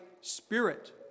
spirit